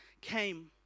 came